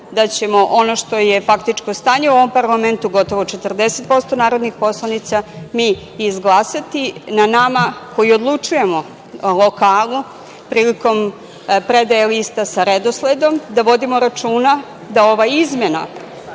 da ćemo ono što je faktičko stanje u ovom parlamentu, gotovo 40% narodnih poslanica mi izglasati. Na nama koji odlučujemo u lokalu, prilikom predaje lista sa redosledom da vodimo računa da ova izmena